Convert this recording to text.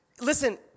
Listen